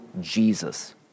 Jesus